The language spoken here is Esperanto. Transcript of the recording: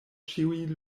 ĉiuj